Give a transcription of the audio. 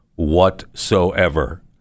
whatsoever